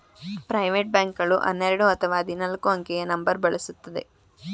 private bank ಗಳು ಹನ್ನೆರಡು ಅಥವಾ ಹದಿನಾಲ್ಕು ಅಂಕೆಯ ನಂಬರ್ ಬಳಸುತ್ತದೆ